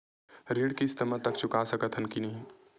ऋण किस्त मा तक चुका सकत हन कि नहीं?